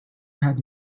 had